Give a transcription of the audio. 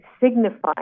signifying